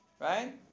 right